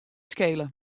skele